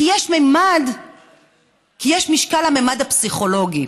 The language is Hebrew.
כי יש משקל לממד הפסיכולוגי.